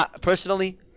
personally